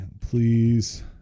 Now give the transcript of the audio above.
please